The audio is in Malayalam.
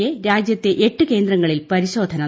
എ രാജ്യത്തെ എട്ട് കേന്ദ്രങ്ങളിൽ പരിശോധന നടത്തി